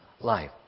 life